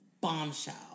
bombshell